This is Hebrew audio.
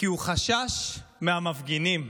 כי הוא חשש מהמפגינים,